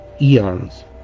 eons